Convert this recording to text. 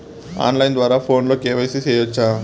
on line ద్వారా ఫోనులో KYC సేయొచ్చా